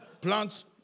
Plants